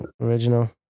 original